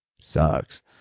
sucks